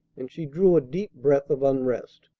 and she drew a deep breath of unrest.